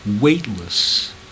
weightless